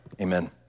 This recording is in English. amen